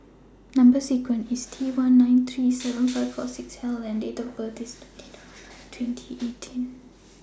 Number sequence IS T one nine three seven five four six L and Date of birth IS twenty November two thousand and eighteen